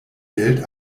geld